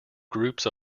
groups